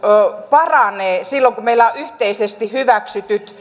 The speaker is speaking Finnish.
paranee silloin kun meillä on yhteisesti hyväksytyt